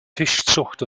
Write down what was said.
fischzucht